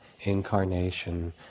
incarnation